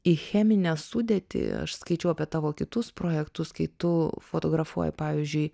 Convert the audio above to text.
į cheminę sudėtį aš skaičiau apie tavo kitus projektus kai tu fotografuoji pavyzdžiui